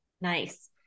Nice